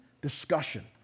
discussion